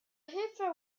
heather